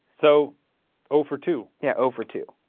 so oh-for-two. yeah, oh-for-two.